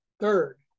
Third